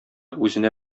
үзенә